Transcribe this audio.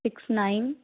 six nine